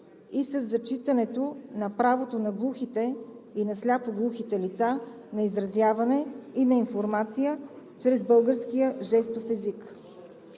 и със зачитането на правото на глухите и на сляпо-глухите лица на изразяване и на информация чрез българския жестов език.